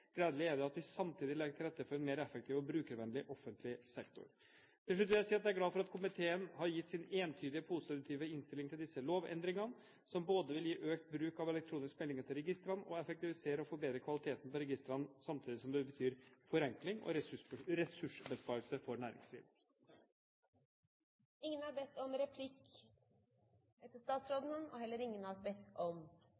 Gledelig er det at vi samtidig legger til rette for en mer effektiv og brukervennlig offentlig sektor. Til slutt vil jeg si at jeg er glad for at komiteen har gitt sin entydige positive innstilling til disse lovendringene, som både vil gi økt bruk av elektroniske meldinger til registrene og effektivisere og forbedre kvaliteten på registrene, samtidig som det betyr forenkling og ressursbesparelser for næringslivet. Flere har ikke bedt om ordet til